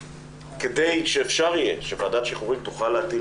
כדי שאפשר יהיה שוועדת השחרורים תוכל להטיל